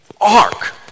ark